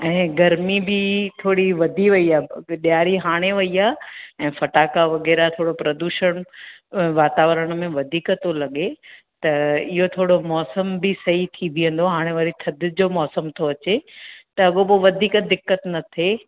ऐं गरमी बी थोड़ी वधी वई आ अ ॾिआरी हाणे वई आ ऐं फटाका वग़ैरह थोड़ो प्रदूशण वातावरण मे वधीक तो लॻे त इओ थोड़ो मौसम बि सई थी बीहंदो हाणे वरी थदि जो मौसम तो अचे त अॻोपो वधीक दिक्क्त न थे